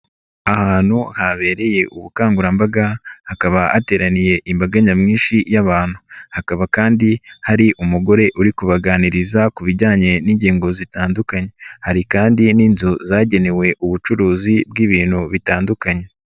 Ahantu habereye ubukangurambaga hakaba hateraniye imbaga nyamwinshi y'abantu, hakaba kandi hari umugore uri kubaganiriza ku bijyanye n'ingingo zitandukanye, hari kandi n'inzu zagenewe ubucuruzi bw'ibintu bitandukanye.